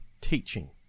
Teaching